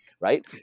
Right